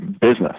business